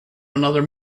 another